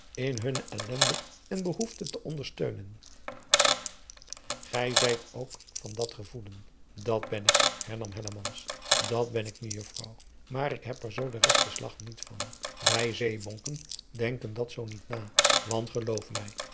in hunne ellende en behoefte te ondersteunen gij schijnt ook van dat gevoelen dat ben ik hernam hellemans dat ben ik mejuffrouw maar ik heb er zoo den regten slag niet van wij zeebonken denken dat zoo niet na want geloof mij